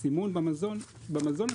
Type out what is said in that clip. לגבי הסימון במזון - במזון,